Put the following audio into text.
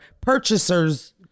purchasers